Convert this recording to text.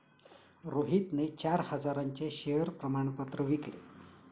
रोहितने चार हजारांचे शेअर प्रमाण पत्र विकले